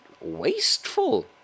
wasteful